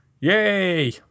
Yay